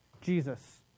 jesus